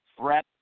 threat